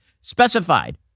specified